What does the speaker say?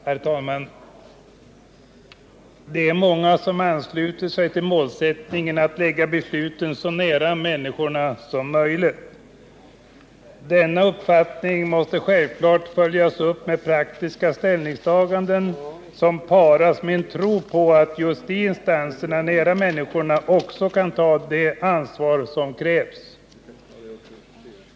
Herr talman! Det är många som ansluter sig till målsättningen att lägga besluten så nära människorna som möjligt. Denna uppfattning måste självfallet följas upp med praktiska ställningstaganden, som paras med en tro på att de beslutande instanserna nära människorna också kan ta det ansvar som krävs.